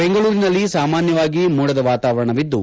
ಬೆಂಗಳೂರಿನಲ್ಲಿ ಸಾಮಾನ್ಯವಾಗಿ ಮೋಡದ ವಾತಾವರಣವಿದ್ಲು